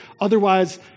Otherwise